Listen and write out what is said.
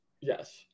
yes